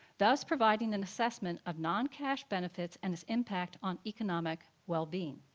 thus providing an assessment of non-cash benefits and its impact on economic well-being.